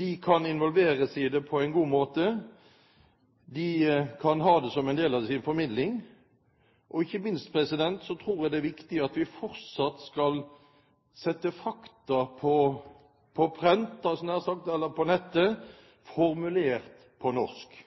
De kan involveres i det på en god måte. De kan ha det som en del av sin formidling. Og ikke minst tror jeg det er viktig at vi fortsatt skal sette fakta på prent – hadde jeg nær sagt – eller på nettet, formulert på norsk.